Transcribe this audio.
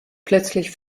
plötzlich